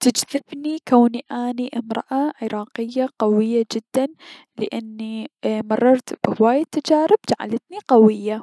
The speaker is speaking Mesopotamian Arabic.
تجذبني كوني اني امرأة عراقية قوية جدا لأني مررت بهواي تجارب جعلتني قوية.